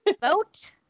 Vote